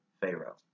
Pharaoh